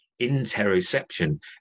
interoception